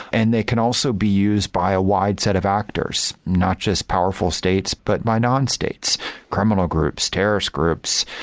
and they can also be used by a wide set of actors, not just powerful states, but my non-states criminal groups, terrorist groups,